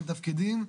בין תפקידים,